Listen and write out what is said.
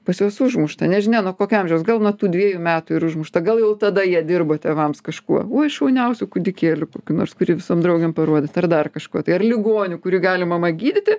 pas juos užmušta nežinia nuo kokio amžiaus gal nuo tų dviejų metų ir užmušta gal jau tada jie dirbo tėvams kažkuo uoi šauniausiu kūdikėliu kokiu nors kurį visom draugėm parodyt ar dar kažkuo tai ar ligoniu kurį gali mama gydyti